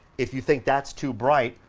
if you think that's too bright,